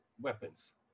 weapons